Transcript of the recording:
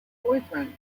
boyfriend